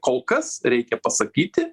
kol kas reikia pasakyti